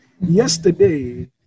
Yesterday